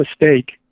mistake